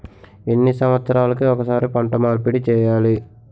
ఎన్ని సంవత్సరాలకి ఒక్కసారి పంట మార్పిడి చేయాలి?